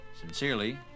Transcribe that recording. Sincerely